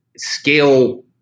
scale